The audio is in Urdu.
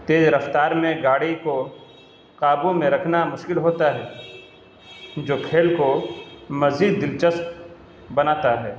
تیز رفتار میں گاڑی کو قابو میں رکھنا مشکل ہوتا ہے جو کھیل کو مزید دلچسپ بناتا ہے